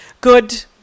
good